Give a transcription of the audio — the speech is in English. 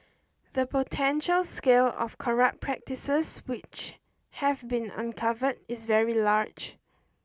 the potential scale of corrupt practices which have been uncovered is very large